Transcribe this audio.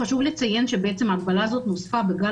חשוב לציין שבעצם ההגבלה הזאת נוספה בגל